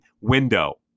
window